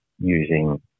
using